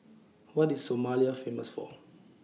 What IS Somalia Famous For